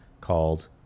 called